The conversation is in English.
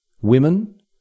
women